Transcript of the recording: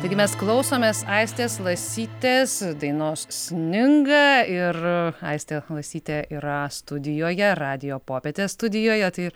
taigi mes klausomės aistės lasytės dainos sninga ir aistė lasytė yra studijoje radijo popietės studijoje tai